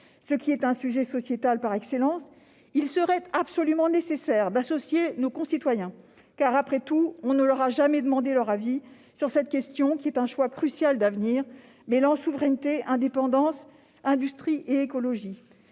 porte sur un sujet sociétal par excellence, il serait absolument nécessaire d'y associer nos concitoyens : après tout, on ne leur a jamais demandé leur avis sur cette question, choix crucial d'avenir mêlant souveraineté, indépendance, industrie et écologie.